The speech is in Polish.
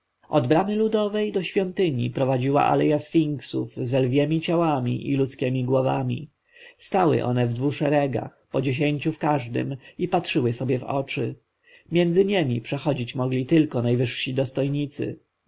bramy ludowej do świątyni prowadziła aleja sfinksów ze lwiemi ciałami i ludzkiemi głowami stały one w dwu szeregach po dziesięciu w każdym i patrzyły sobie w oczy między niemi przechodzić mogli tylko najwyżsi dostojnicy